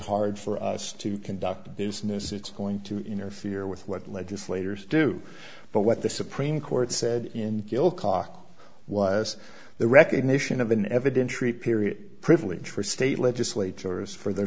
hard for us to conduct business it's going to interfere with what legislators do but what the supreme court said in gill cock was the recognition of an evidentiary period privilege for state legislatures for the